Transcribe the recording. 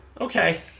Okay